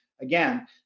again